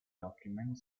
document